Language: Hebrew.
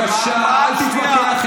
אני מבקש ממך לצאת.